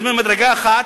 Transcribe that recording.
במדרגה אחת,